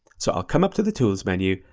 so i'll come up to the tools menu,